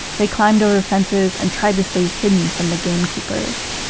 they climbed over fences and tried to stay hidden from the gamekeepers.